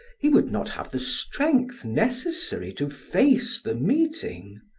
he would not have the strength necessary to face the meeting.